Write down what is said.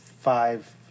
five